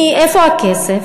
איפה הכסף?